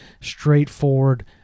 straightforward